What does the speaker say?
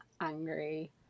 angry